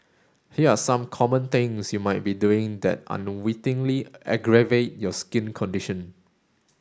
here are some common things you might be doing that unwittingly aggravate your skin condition